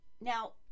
Now